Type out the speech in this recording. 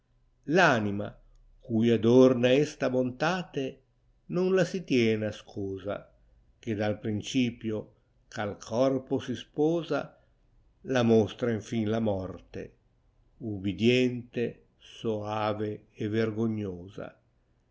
anima cui adorna està bontate non la si tiene ascosa che dal principio ch'ai corpo si sposa la mostra infìn la morte ubidente soave e vergognosa